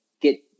get